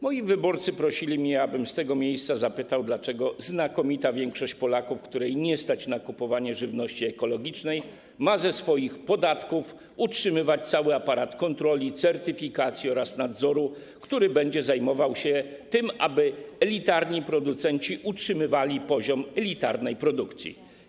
Moi wyborcy prosili mnie, abym z tego miejsca zapytał, dlaczego znakomita większość Polaków, której nie stać na kupowanie żywności ekologicznej, ma ze swoich podatków utrzymywać cały aparat kontroli, certyfikacji oraz nadzoru, który będzie zajmował się tym, aby elitarni producenci utrzymywali poziom elitarnej produkcji.